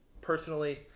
personally